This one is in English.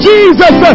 Jesus